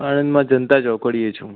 આણંદમાં જનતા ચોકડીએ છું